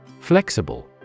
Flexible